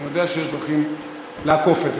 אני יודע שיש דרכים לעקוף את זה.